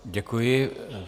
Děkuji.